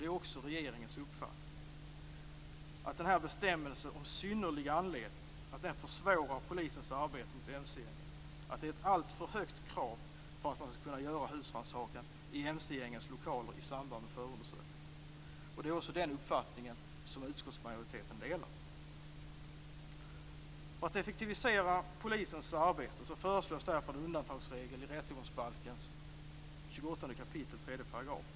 Det är också regeringens uppfattning att bestämmelsen om synnerlig anledning försvårar polisens arbete mot mc-gängen, att det är ett alltför högt krav för att man skall kunna göra husrannsakan i mcgängens lokaler i samband med förundersökningar. Det är en uppfattning som också utskottsmajoriteten delar. För att effektivisera polisens arbete föreslås därför en undantagsregel i rättegångsbalkens 28 kap. 3 §.